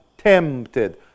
tempted